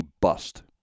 bust